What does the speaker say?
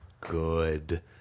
good